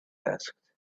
asked